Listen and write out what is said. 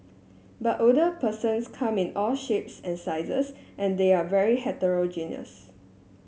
but older persons come in all shapes and sizes and they're very heterogeneous